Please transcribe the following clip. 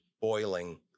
boiling